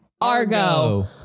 Argo